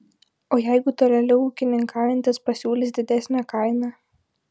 o jeigu tolėliau ūkininkaujantis pasiūlys didesnę kainą